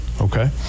Okay